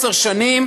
עשר שנים,